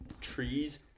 Trees